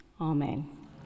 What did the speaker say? Amen